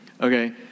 Okay